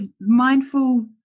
mindful